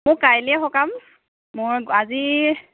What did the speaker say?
কাইলেই সকাম মই আজি